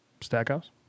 Stackhouse